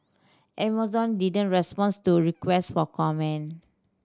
Amazon didn't responds to requests for comment